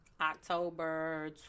October